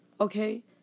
Okay